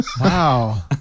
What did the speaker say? Wow